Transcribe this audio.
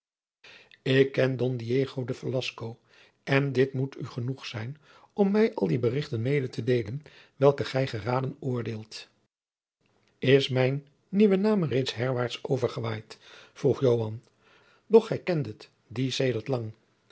en dit moet u genoeg zijn om mij al die berichten mede te deelen welke gij geraden oordeelt is mijn nieuwe naam reeds herwaarts overgewaaid vroeg joan doch gij kendet dien sedert lang